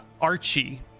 Archie